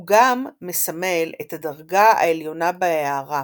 הוא גם מסמל את הדרגה העליונה בהארה,